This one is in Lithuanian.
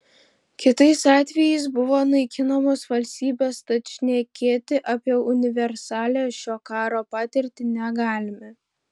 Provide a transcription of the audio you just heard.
kitais atvejais buvo naikinamos valstybės tad šnekėti apie universalią šio karo patirtį negalime